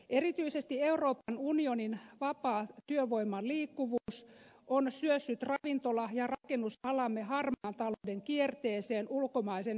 erityisesti euroopan unionin vapaa työvoiman liikkuvuus on syössyt ravintola ja rakennusalamme harmaan talouden kierteeseen ulkomaisen halpatyövoiman vuoksi